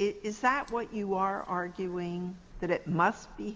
it is that what you are arguing that it must be